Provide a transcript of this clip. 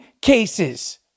cases